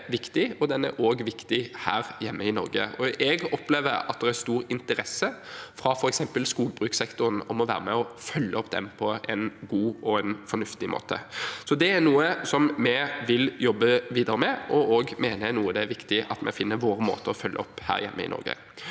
er viktig, og den er også viktig her hjemme i Norge. Jeg opplever at det er stor interesse fra f.eks. skogbrukssektoren for å være med på å følge den opp på en god og fornuftig måte. Det er noe vi vil jobbe videre med, og jeg mener det er viktig at vi finner vår måte å følge det opp på her hjemme i Norge.